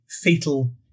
fetal